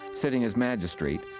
sitting as magistrate,